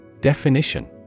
Definition